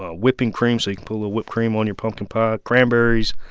ah whipping cream so you can put a little whipped cream on your pumpkin pie, cranberries,